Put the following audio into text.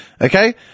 okay